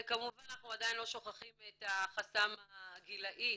וכמובן אנחנו עדיין לא שוכחים את החסם הגילאי,